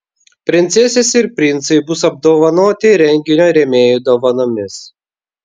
princesės ir princai bus apdovanoti renginio rėmėjų dovanomis